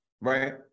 right